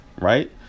right